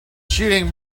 shooting